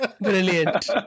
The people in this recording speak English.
Brilliant